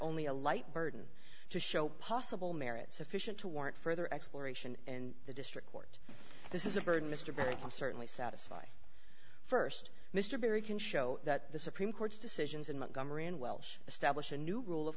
only a light burden to show possible merit sufficient to warrant further exploration in the district court this is a burden mr barry i'm certainly satisfied st mr barry can show that the supreme court's decisions in montgomery and wells establish a new rule of